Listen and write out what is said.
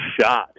shot